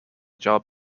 job